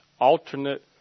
alternate